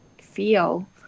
feel